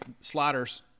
sliders